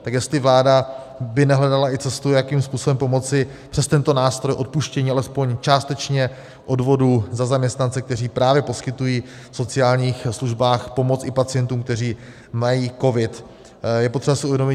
Tak jestli by vláda nehledala i cestu, jakým způsobem pomoci přes tento nástroj odpuštění alespoň částečně odvodů za zaměstnance, kteří právě poskytují v sociálních službách pomoc i pacientům, kteří mají covid.